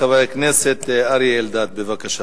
חבר הכנסת אריה אלדד, בבקשה.